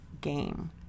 game